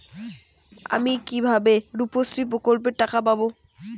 আমি কিভাবে রুপশ্রী প্রকল্পের টাকা পাবো?